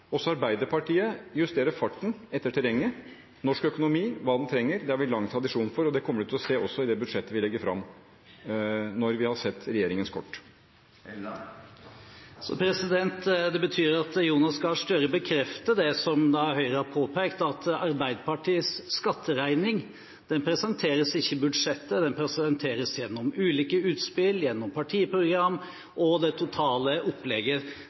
Også Arbeiderpartiet justerer farten etter terrenget – norsk økonomi og hva den trenger. Det har vi lang tradisjon for, og det kommer man til å se også i det budsjettet vi legger fram når vi har sett regjeringens kort. Det betyr at Jonas Gahr Støre bekrefter det som Høyre har påpekt – at Arbeiderpartiets skatteregning ikke presenteres i budsjettet, men presenteres gjennom ulike utspill, gjennom partiprogram og det totale opplegget.